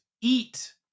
eat